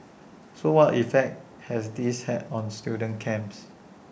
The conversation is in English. so what effect has this had on student camps